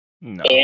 No